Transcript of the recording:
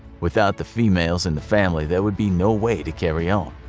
without the females in the family there would be no way to carry on.